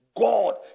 God